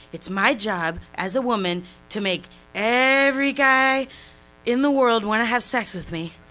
it's my job as a woman to make every guy in the world want to have sex with me.